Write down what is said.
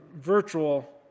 virtual